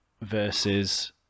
versus